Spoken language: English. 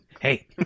Hey